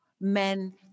men